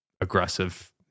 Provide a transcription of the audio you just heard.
aggressive